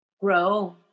grow